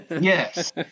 Yes